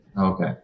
Okay